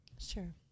Sure